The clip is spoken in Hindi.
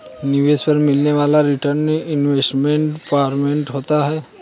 निवेश पर मिलने वाला रीटर्न इन्वेस्टमेंट परफॉरमेंस होता है